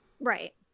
Right